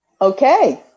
Okay